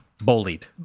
Bullied